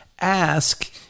Ask